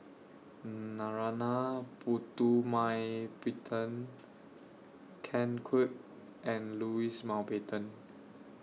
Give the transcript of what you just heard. Narana Putumaippittan Ken Kwek and Louis Mountbatten